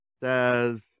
says